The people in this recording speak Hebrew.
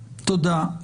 תודה.